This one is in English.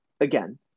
again